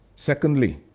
Secondly